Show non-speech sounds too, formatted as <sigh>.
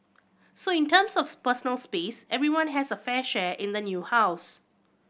so in terms of <unintelligible> personal space everyone has a fair share in the new house